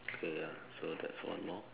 okay ya so that's one more